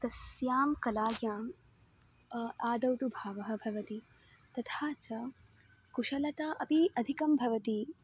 तस्यां कलायाम् आदौ तु भावः भवति तथा च कुशलता अपि अधिका भवति